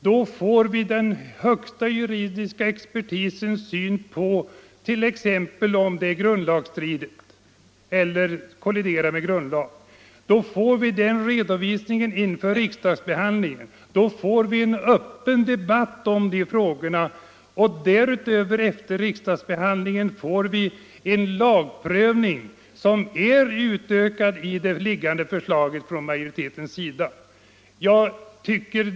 Då får vi den högsta juridiska expertisens syn t.ex. på frågan om förslaget är grundlagsstridigt. Vi får en sådan redovisning inför riksdagsbehandlingen och får en öppen debatt om dessa frågor, och efter riksdagsbehandlingen får vi enligt det föreliggande majoritetsförslaget en utökad lagprövning.